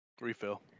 refill